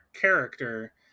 character